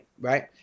Right